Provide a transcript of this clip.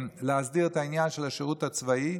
להסדיר את העניין של השירות הצבאי,